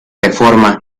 reforma